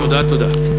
תודה תודה.